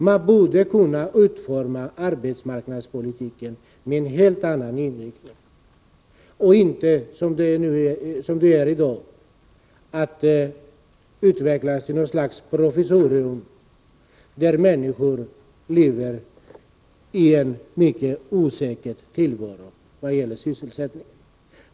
Man borde kunna ge arbetsmarknadspolitiken en helt annan inriktning och inte som i dag utveckla den till något slags provisorium, där människor lever i en mycket osäker tillvaro när det gäller sysselsättningen.